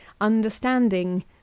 understanding